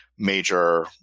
major